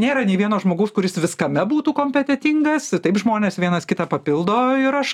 nėra nei vieno žmogaus kuris viskame būtų kompetentingas taip žmonės vienas kitą papildo ir aš